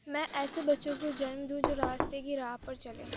میں ایسے بچوں کو جنم دوں جو راستے کی راہ پر چلے